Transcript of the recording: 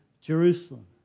Jerusalem